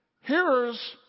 Hearers